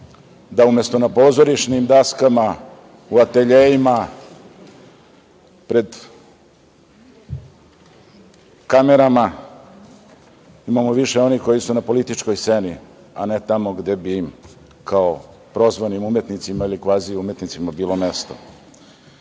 da umesto na pozorišnim daskama, u ateljeima, pred kamerama imamo više onih koji su na političkoj sceni, a ne tamo gde bi im kao prozvanim umetnicima ili kvazi umetnicima bilo